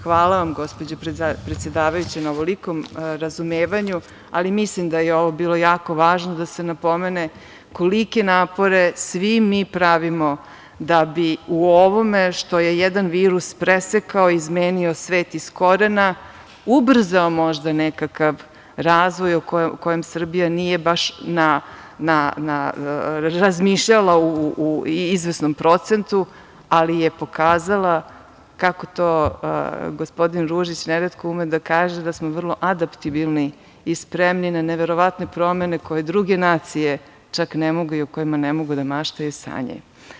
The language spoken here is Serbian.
Hvala vam gospođo predsedavajuća na ovolikom razumevanju, ali mislim da je ovo bilo jako važno da se napomene kolike napore svi mi pravimo da bi u ovome što je jedan virus presekao, izmenio svet iz korena ubrzao možda nekakav razvoj kojem Srbija nije baš razmišljala u izvesnom procentu, ali je pokazala, kako to gospodin Ružić neretko ima da kaže, da smo vrlo adaptibilni i spremni na neverovatne promene koje druge nacije ne mogu i o kojima ne mogu da maštaju, sanjaju.